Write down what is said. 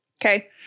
Okay